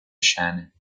scene